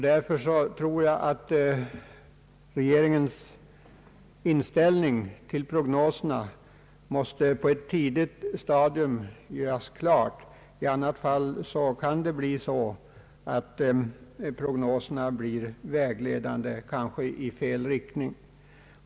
Därför tror jag att regeringens inställning till prognoserna måste göras klar på ett tidigt stadium. I annat fall kan det bli så att prognoserna blir vägledande i fel riktning.